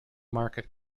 market